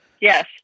Yes